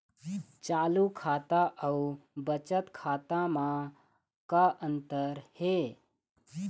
चालू खाता अउ बचत खाता म का अंतर हे?